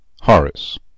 Horace